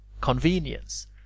convenience